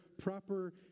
proper